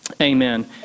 Amen